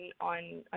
on